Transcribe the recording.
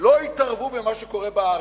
לא יתערבו במה שקורה בארץ.